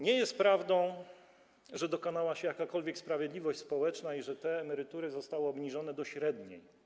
Nie jest prawdą, że dokonała się jakakolwiek sprawiedliwość społeczna i że te emerytury zostały obniżone do średniej.